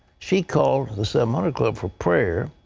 she called the seven hundred club for prayer.